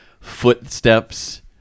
footsteps